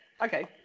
Okay